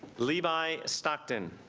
levi stockton